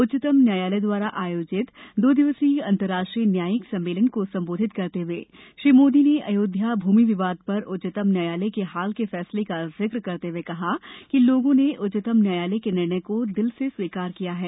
उच्चतम न्यायालय द्वारा दिल्ली में आयोजित दो दिवसीय अंतर्राष्ट्रीय न्यायिक सम्मेलन को संबोधित करते हुए श्री मोदी ने अयोध्या भूमि विवाद पर उच्चतम न्यायालय के हाल के फैसले का जिक्र करते हुए कहा कि लोगों ने उच्चतम न्यायालय के निर्णय को दिल से स्वीकार किया है